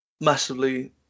massively